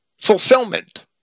fulfillment